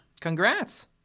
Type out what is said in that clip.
Congrats